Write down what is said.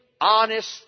honest